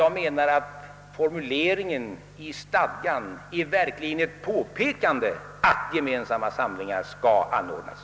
Jag menar att formuleringen i stadgan verkligen är ett påpekande att gemensamma samlingar skall anordnas.